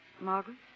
Margaret